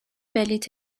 بلیط